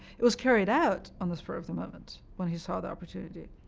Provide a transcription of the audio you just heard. it was carried out on the spur of the moment when he saw the opportunity,